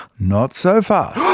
not so fast.